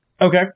Okay